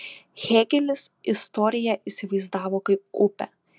hėgelis istoriją įsivaizdavo kaip upę